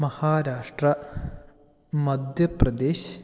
Maharashtra Madhya Pradesh